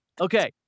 Okay